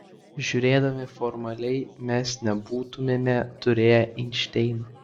žiūrėdami formaliai mes nebūtumėme turėję einšteino